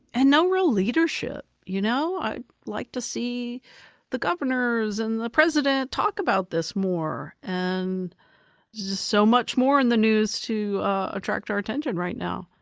and no real leadership, you know i'd like to see the governors and the president talk about this more and there's just so much more in the news to attract our attention right now,